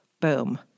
Boom